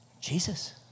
Jesus